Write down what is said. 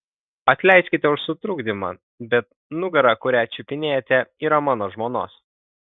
atleiskite už sutrukdymą bet nugara kurią čiupinėjate yra mano žmonos